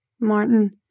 Martin